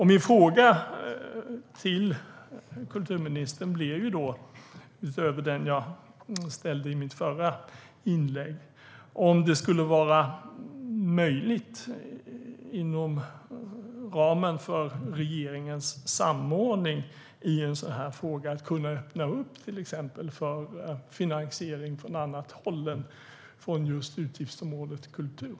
Min fråga till kulturministern, utöver den jag ställde i mitt förra inlägg, blir därför om det skulle vara möjligt inom ramen för regeringens samordning i en sådan här fråga att öppna upp för till exempel finansiering från annat håll än just utgiftsområdet kultur.